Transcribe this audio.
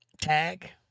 Tag